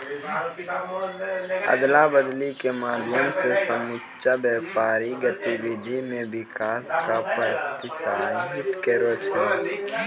अदला बदली के माध्यम से समुच्चा व्यापारिक गतिविधि मे विकास क प्रोत्साहित करै छै